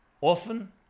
often